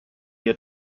ihr